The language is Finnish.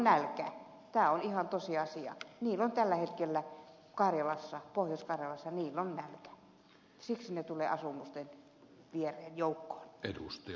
tämä on ihan tosiasia niillä on tällä hetkellä pohjois karjalassa nälkä siksi ne tulevat asumusten viereen joukkoon